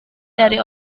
dari